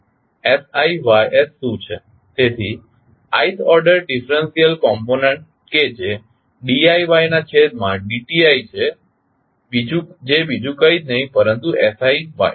તેથી siYs શું છે તેથી આઈથ ઓર્ડર ડિફરન્સયલ કમ્પોનન્ટ કે જે diYના છેદમાં dti જે બીજુ કઇ નહી પરંતુ siY છે